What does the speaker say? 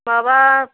माबा